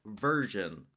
version